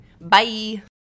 Bye